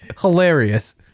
Hilarious